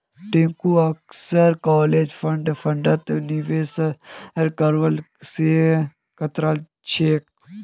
टिंकू अक्सर close end फंडत निवेश करवा स कतरा छेक